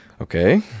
Okay